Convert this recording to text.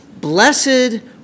blessed